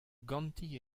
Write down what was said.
ganti